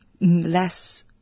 less